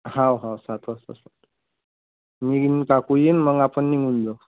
ह हो सात वाजता मी घेऊन काकू येईन मग आपण निघून जाऊ